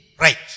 right